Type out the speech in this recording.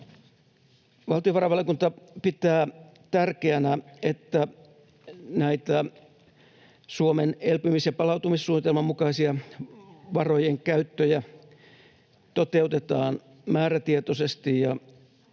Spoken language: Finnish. Valtiovarainvaliokunta pitää tärkeänä, että näitä Suomen elpymis- ja palautumissuunnitelman mukaisia varojen käyttöjä toteutetaan määrätietoisesti